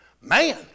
man